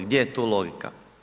Gdje je tu logika?